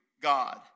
God